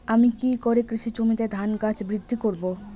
আমি কী করে কৃষি জমিতে ধান গাছ বৃদ্ধি করব?